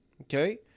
Okay